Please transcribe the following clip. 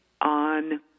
on